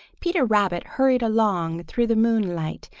peter rabbit hurried along through the moonlight,